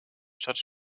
stadt